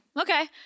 Okay